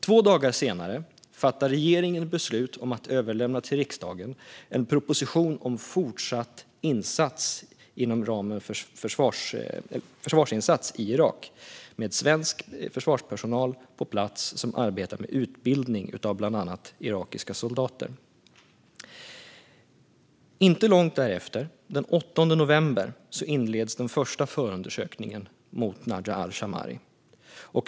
Två dagar senare fattar regeringen beslut om att överlämna till riksdagen en proposition om fortsatt försvarsinsats i Irak med svensk försvarspersonal på plats som arbetar med utbildning av bland annat irakiska soldater. Inte långt därefter, den 8 november, inleds den första förundersökningen mot Najah al-Shammari.